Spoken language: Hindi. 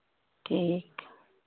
ठीक